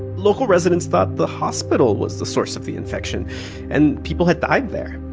local residents thought the hospital was the source of the infection and people had died there.